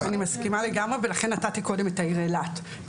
אני מסכימה לגמרי ולכן נתתי קודם את העיר אילת.